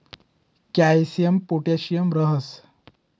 केयीसमा पोटॅशियम राहस